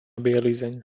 bielizeň